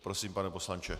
Prosím, pane poslanče.